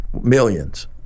Millions